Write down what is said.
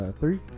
three